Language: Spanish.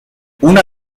una